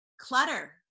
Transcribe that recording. clutter